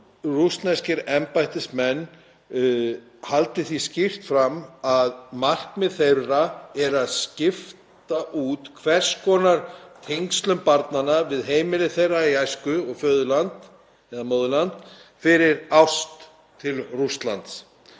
rússneskir embættismenn haldið því skýrt fram að markmið þeirra sé að skipta út hvers konar tengslum barnanna við heimili þeirra í æsku og föðurland eða móðurland fyrir ást til Rússlands.